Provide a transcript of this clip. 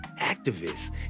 activists